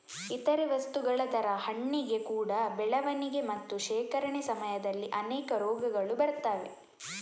ಇತರೇ ವಸ್ತುಗಳ ತರ ಹಣ್ಣಿಗೆ ಕೂಡಾ ಬೆಳವಣಿಗೆ ಮತ್ತೆ ಶೇಖರಣೆ ಸಮಯದಲ್ಲಿ ಅನೇಕ ರೋಗಗಳು ಬರ್ತವೆ